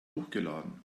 hochgeladen